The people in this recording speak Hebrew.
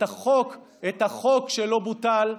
את החוק שלא בוטל,